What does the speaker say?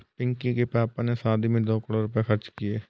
पिंकी के पापा ने शादी में दो करोड़ रुपए खर्च किए